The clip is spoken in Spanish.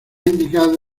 indicado